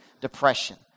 depression